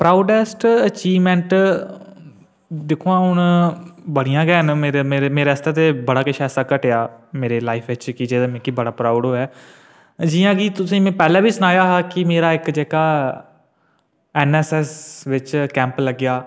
proudest achievement दिक्खो हां हून बडियां गै न मेरे आस्तै ते बड़ा किश ऐसा घटेआ मेरी लाइफ च जेह्का मिगी बडा प्राउड़ होए जि'यां की तुसें गी में पैहले गै सनाया हा कि मेरा इक जेह्का एन एस एस बिच कैंम्प लग्गेआ